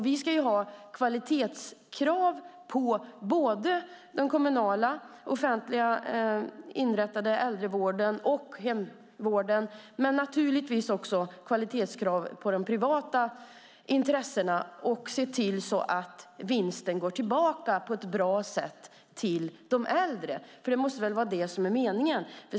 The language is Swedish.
Vi ska ju ha kvalitetskrav både på den kommunala, offentligt inrättade äldrevården och hemvården och på de privata intressena och se till att vinsten går tillbaka till de äldre på ett bra sätt. Det måste väl vara det som är meningen.